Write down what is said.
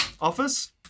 office